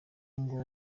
ngo